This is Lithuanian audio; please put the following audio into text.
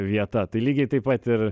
vieta tai lygiai taip pat ir